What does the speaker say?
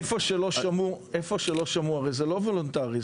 איפה שלא שמעו הרי זה לא וולונטרי,